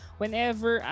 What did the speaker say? whenever